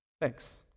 Thanks